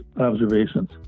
observations